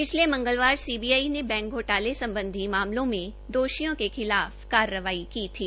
पिछले मंगलवार सीबीआई ने बैंक घोटाले सम्बधी मामलों में दोषियों के खिलाफ कार्रवाई की थी